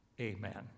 Amen